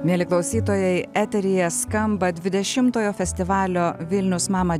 mieli klausytojai eteryje skamba dvidešimtojo festivalio vilnius mama